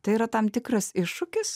tai yra tam tikras iššūkis